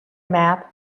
map